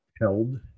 held